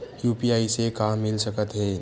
UPI से का मिल सकत हे?